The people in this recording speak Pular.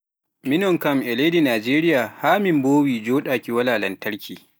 Minon kam e leydi Najeriya haa min boowi njoɗaaki waal lamtarkiji.